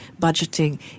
budgeting